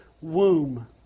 womb